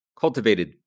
cultivated